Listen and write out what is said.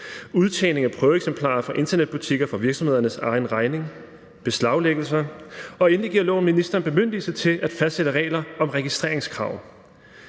udtagning af prøveeksemplarer fra internetbutikker for virksomhedernes for egen regning; til beslaglæggelser; og endelig giver lovforslaget ministeren bemyndigelse til at fastsætte regler om registreringskrav.